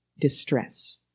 distress